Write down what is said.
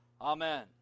Amen